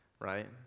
right